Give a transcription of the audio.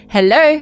Hello